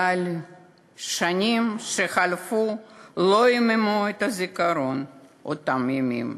אבל השנים שחלפו לא עמעמו את זיכרון אותם הימים,